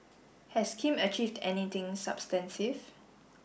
has Kim achieved anything substansive